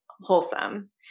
wholesome